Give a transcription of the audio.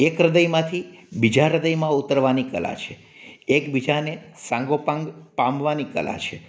એક હૃદયમાંથી બીજા હૃદયમાં ઉતરવાની કલા છે એક બીજાને સાંગોપાંગ પામવાની કલા છે